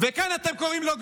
וכאן אתם קוראים לו "גוי"?